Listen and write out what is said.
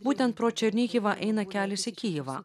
būtent pro černyhivą eina kelias į kijevą